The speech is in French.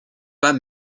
pas